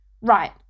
right